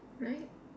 right